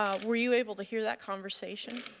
ah were you able to hear that conversation?